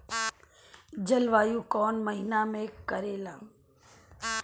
जलवायु कौन महीना में करेला?